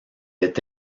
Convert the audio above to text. est